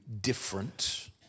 different